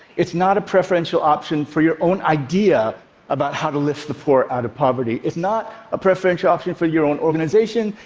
it's not a preferential option for your own idea about how to lift the poor out of poverty. it's not a preferential option for your own organization.